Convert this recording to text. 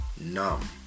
numb